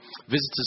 visitors